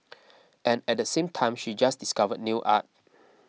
and at the same time she just discovered nail art